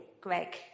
Greg